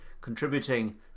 Contributing